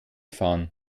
fahren